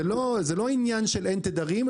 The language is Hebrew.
זה לא עניין של אין תדרים,